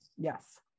Yes